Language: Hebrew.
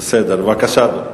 בבקשה, אדוני.